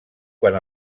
quan